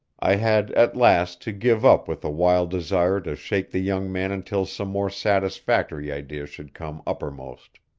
i had at last to give up with a wild desire to shake the young man until some more satisfactory idea should come uppermost.